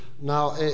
Now